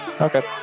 Okay